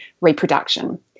reproduction